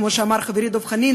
כמו שאמר חברי דב חנין,